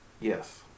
Yes